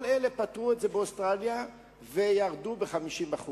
כל אלה, פתרו את זה באוסטרליה וירדו ב-50%.